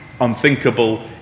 unthinkable